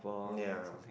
ya